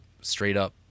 straight-up